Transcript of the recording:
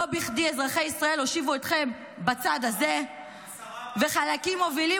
לא בכדי אזרחי ישראל הושיבו אתכם בצד הזה וחלקים מובילים